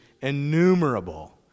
innumerable